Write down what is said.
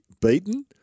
beaten